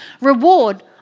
reward